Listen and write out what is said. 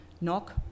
knock